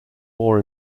more